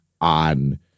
on